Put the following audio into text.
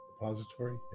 Repository